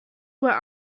where